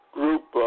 group